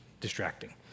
distracting